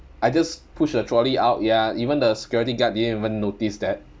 I just push the trolley out ya even the security guard didn't even notice that